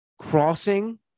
Crossing